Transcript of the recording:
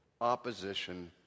opposition